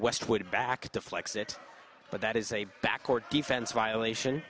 westwood back to flex it but that is a back court defense violation